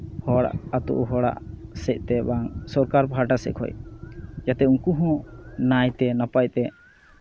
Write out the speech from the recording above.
ᱦᱚᱲ ᱟᱛᱳ ᱦᱚᱲᱟᱜ ᱥᱮᱡ ᱛᱮ ᱵᱟᱝ ᱥᱚᱨᱠᱟᱨ ᱯᱟᱥᱴᱟ ᱥᱮᱡ ᱠᱷᱚᱡ ᱡᱟᱛᱮ ᱩᱱᱠᱩ ᱦᱚᱸ ᱱᱟᱭᱛᱮ ᱱᱟᱯᱟᱭ ᱛᱮ